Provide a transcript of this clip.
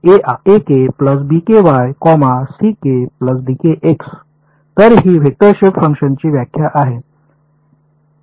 तर तर ही वेक्टर शेप फंक्शन्सची व्याख्या आहे